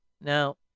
Now